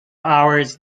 hours